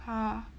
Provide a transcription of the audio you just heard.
!huh!